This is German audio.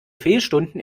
fehlstunden